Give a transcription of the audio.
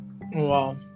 Wow